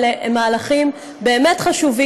ואני חושבת שהמהלכים האלה הם מהלכים באמת חשובים,